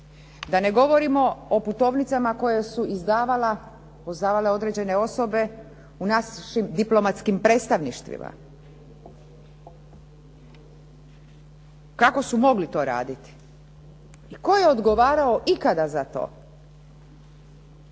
Da ne govorimo o putovnicama koje su izdavale određene osobe u našim diplomatskim predstavništvima. Kako su to mogli raditi i tko je odgovarao ikada za to?